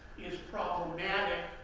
is problematic,